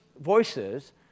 voices